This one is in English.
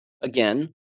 again